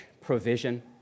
provision